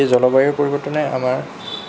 এই জলবায়ু পৰিৱৰ্তনে আমাৰ